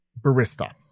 barista